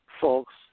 Folks